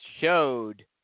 showed